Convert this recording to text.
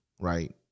right